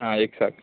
आं एक साक